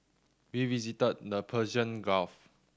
we visited the Persian Gulf